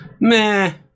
Meh